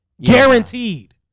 Guaranteed